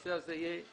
הנושא הזה יהיה מושלם.